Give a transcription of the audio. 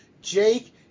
Jake